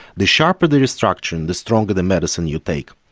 the sharper the restructuring, the stronger the medicine you take,